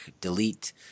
delete